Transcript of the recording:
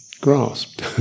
grasped